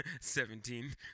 Seventeen